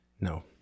No